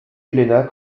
helena